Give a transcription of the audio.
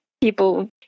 people